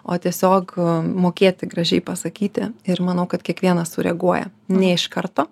o tiesiog mokėti gražiai pasakyti ir manau kad kiekvienas sureaguoja ne iš karto